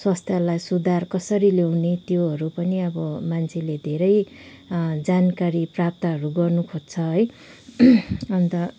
स्वस्थ्यलाई सुधार कसरी ल्याउने त्योहरू पनि अब मान्छेले धेरै जानकारी प्राप्तहरू गर्न खोज्छ है अन्त